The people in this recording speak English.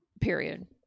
Period